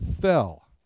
fell